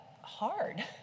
hard